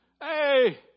Hey